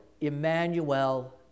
Emmanuel